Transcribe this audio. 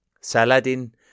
Saladin